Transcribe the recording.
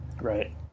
right